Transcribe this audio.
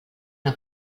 una